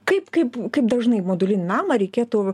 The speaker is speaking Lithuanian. kaip kaip kaip dažnai modulinį namą reikėtų